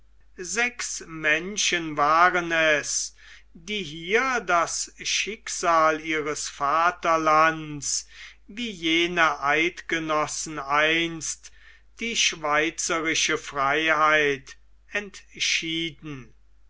sechs menschen waren es die hier das schicksal ihres vaterlands wie jene eidgenossen einst die schweizerische freiheit entschieden